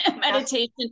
Meditation